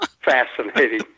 fascinating